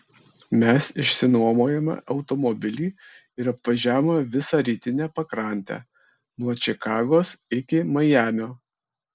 mes išsinuomojome automobilį ir apvažiavome visą rytinę pakrantę nuo čikagos iki majamio